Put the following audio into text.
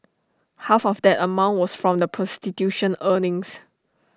half of that amount was from the prostitution earnings